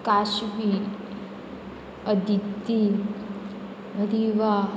Kashvi Aditi Riva